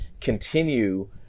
continue